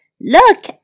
Look